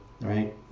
right